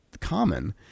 common